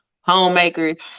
homemakers